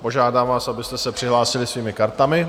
Požádám vás, abyste se přihlásili svými kartami.